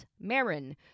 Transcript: Marin